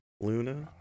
Luna